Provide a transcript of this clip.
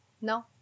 no